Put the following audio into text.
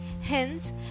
Hence